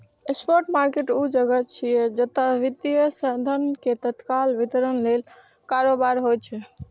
spot market ऊ जगह छियै, जतय वित्तीय साधन के तत्काल वितरण लेल कारोबार होइ छै